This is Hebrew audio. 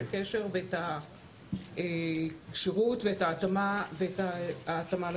הקשר ואת הכשירות ואת ההתאמה לתפקיד.